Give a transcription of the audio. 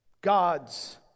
God's